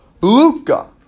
Luca